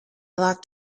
locked